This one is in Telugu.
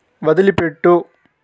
వదిలిపెట్టు